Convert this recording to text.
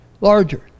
larger